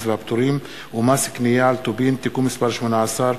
והפטורים ומס קנייה על טובין (תיקון מס' 18),